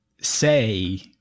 say